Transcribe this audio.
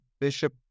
Bishop